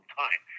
time